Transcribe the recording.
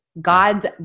God's